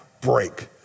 break